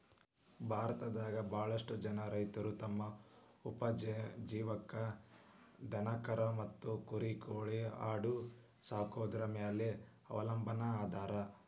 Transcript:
ಭಾರತದಾಗ ಬಾಳಷ್ಟು ಜನ ರೈತರು ತಮ್ಮ ಉಪಜೇವನಕ್ಕ ದನಕರಾ ಮತ್ತ ಕುರಿ ಕೋಳಿ ಆಡ ಸಾಕೊದ್ರ ಮ್ಯಾಲೆ ಅವಲಂಬನಾ ಅದಾರ